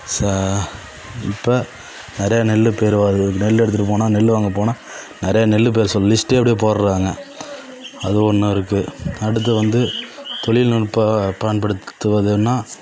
ச இப்போ நிறையா நெல் பேர் வா நெல் எடுத்துகிட்டு போனால் நெல் வாங்கப் போனால் நிறையா நெல் பேர் சொல் லிஸ்ட்டே அப்படியே போடுறாங்க அது ஒன்று இருக்குது அடுத்து வந்து தொழில்நுட்ப பயன்படுத்துவதுன்னால்